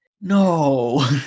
No